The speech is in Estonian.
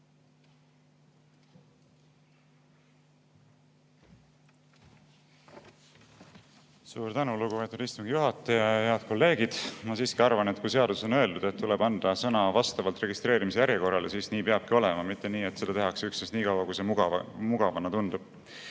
Suur tänu, lugupeetud istungi juhataja! Head kolleegid! Ma siiski arvan, et kui seaduses on öeldud, et sõna tuleb anda vastavalt registreerimise järjekorrale, siis nii peabki olema, mitte nii, et seda tehakse üksnes seni, kuni see mugavam tundub.